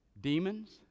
Demons